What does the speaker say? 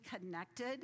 connected